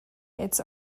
its